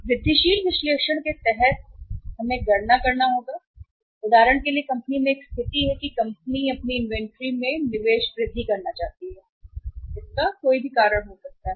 वृद्धिशील विश्लेषण के तहत हम वह करते हैं जो हमें करना होगा गणना करें कि उदाहरण के लिए एक कंपनी में एक स्थिति है जो कंपनी अपनी वृद्धि करना चाहती है किसी भी कारण से इन्वेंट्री में निवेश कोई भी कारण हो सकता है